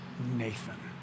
Nathan